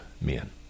men